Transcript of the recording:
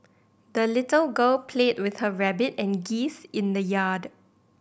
the little girl played with her rabbit and geese in the yard